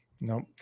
nope